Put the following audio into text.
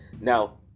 Now